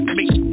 make